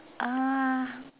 uh